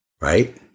right